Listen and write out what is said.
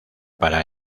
para